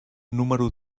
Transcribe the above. número